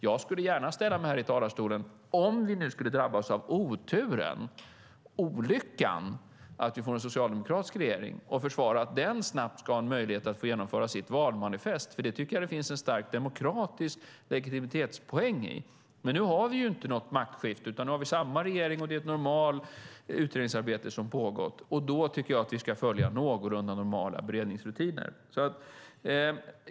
Jag skulle gärna ställa mig här i talarstolen - om vi nu skulle drabbas av oturen och olyckan att vi får en socialdemokratisk regering - och försvara att den snabbt ska ha en möjlighet att få genomföra sitt valmanifest. Jag tycker att det finns en stark demokratisk legitimitetspoäng i det. Men nu har vi inte något maktskifte, utan vi har samma regering och det är ett normalt utredningsarbete som pågår. Då tycker jag att vi ska följa någorlunda normala beredningsrutiner.